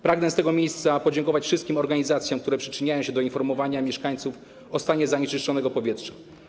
Pragnę z tego miejsca podziękować wszystkim organizacjom, które przyczyniają się do informowania mieszkańców o stanie zanieczyszczenia powietrza.